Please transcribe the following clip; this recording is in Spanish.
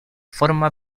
forma